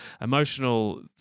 emotional